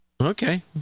Okay